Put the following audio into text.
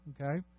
okay